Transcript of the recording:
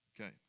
Okay